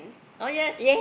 oh yes